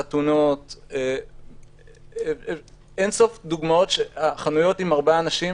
על חתונות, על חנויות עם ארבעה אנשים,